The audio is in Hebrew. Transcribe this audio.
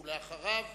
אחריו,